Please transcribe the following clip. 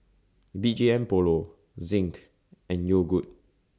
B G M Polo Zinc and Yogood